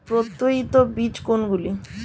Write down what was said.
প্রত্যায়িত বীজ কোনগুলি?